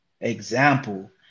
example